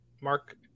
Mark